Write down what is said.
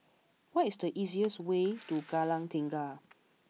what is the easiest way to Kallang Tengah